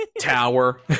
Tower